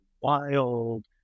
wild